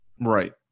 Right